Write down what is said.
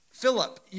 Philip